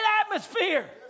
atmosphere